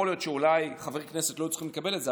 יכול להיות שחברי כנסת לא היו צריכים לקבל את זה,